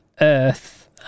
Earth